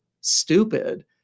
stupid